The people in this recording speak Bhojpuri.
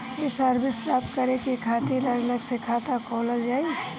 ये सर्विस प्राप्त करे के खातिर अलग से खाता खोलल जाइ?